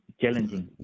challenging